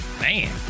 Man